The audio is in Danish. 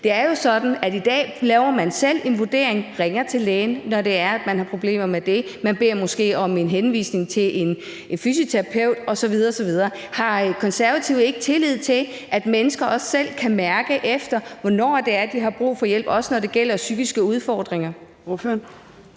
Det er jo sådan, at man i dag selv foretager en vurdering, man ringer til lægen, når det er, man har problemer – man beder måske om en henvisning til en fysioterapeut osv. osv. Har Konservative ikke tillid til, at mennesker også selv kan mærke, hvornår det er, de har brug for hjælp, også når det gælder psykiske udfordringer?